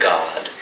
God